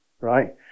right